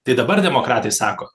tai dabar demokratai sako